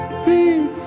Please